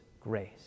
grace